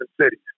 cities